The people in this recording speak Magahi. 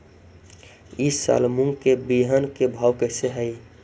ई साल मूंग के बिहन के भाव कैसे हई?